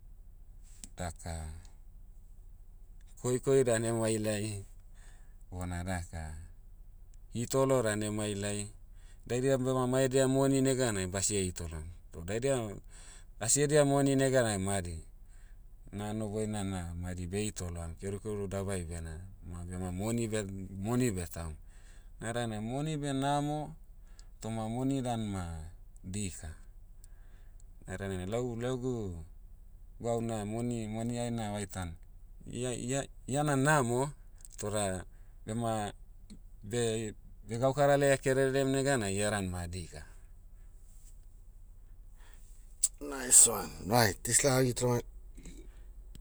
Daka, koikoi dan emailai, bona daka, hitolo dan emailai. Daidia bema mai edia moni neganai basie hitolom. Toh daidia, asi edia moni neganai madi, na hanoboina na madi behitoloa. Kerukeru dabai bena, ma bema moni beh- moni beh tahum. Nadana moni beh namo, toma moni dan ma, dika. Nadana lau- laugu, gwau na moni- moniai na vaitan, ia- ia- iana namo, toda, bema- beh- begaukara laia kererem neganai ia dan ma dika.